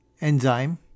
enzyme